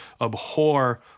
abhor